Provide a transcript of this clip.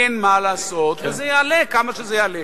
אין מה לעשות, זה יעלה כמה שזה שיעלה.